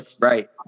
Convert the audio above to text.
right